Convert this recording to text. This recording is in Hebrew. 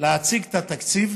להציג את התקציב,